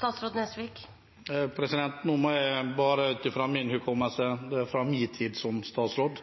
for departementet? Ut fra min hukommelse, fra min tid som statsråd,